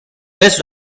place